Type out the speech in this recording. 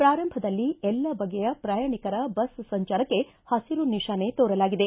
ಪಾರಂಭದಲ್ಲಿ ಎಲ್ಲ ಬಗೆಯ ಪ್ರಯಾಣಿಕರ ಬಸ್ ಸಂಚಾರಕ್ಕೆ ರಿಗೆ ಹಸಿರು ನಿಶಾನೆ ತೋರಲಾಗಿದೆ